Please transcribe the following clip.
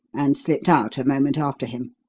and slipped out a moment after him.